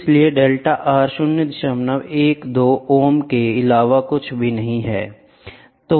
इसलिए delta R 012 ohm के अलावा कुछ भी नहीं है